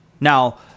Now